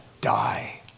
die